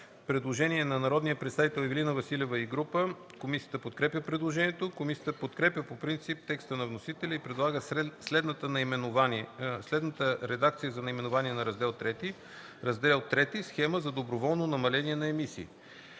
предложение от народния представител Ивелина Василева и група народни представители. Комисията подкрепя предложението. Комисията подкрепя по принцип текста на вносителя и предлага следната редакция за наименование на Раздел ІІІ: „Раздел ІІІ. Схема за доброволно намаление на емисии.”